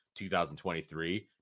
2023